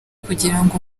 kugirango